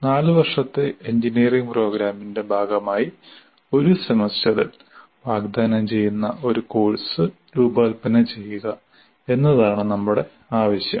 നാല് വർഷത്തെ എഞ്ചിനീയറിംഗ് പ്രോഗ്രാമിന്റെ ഭാഗമായി ഒരു സെമസ്റ്ററിൽ വാഗ്ദാനം ചെയ്യുന്ന ഒരു കോഴ്സ് രൂപകൽപ്പന ചെയ്യുക എന്നതാണ് നമ്മുടെ ആവശ്യം